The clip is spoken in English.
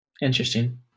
Interesting